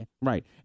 right